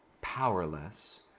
powerless